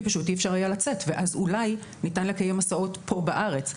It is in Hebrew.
פשוט אי אפשר היה לצאת ואז אולי ניתן לקיים מסעות פה בארץ,